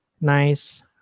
nice